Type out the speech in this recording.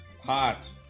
Hot